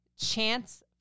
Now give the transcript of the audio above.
Chance